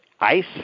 ICE